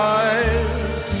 eyes